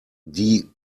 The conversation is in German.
die